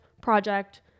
project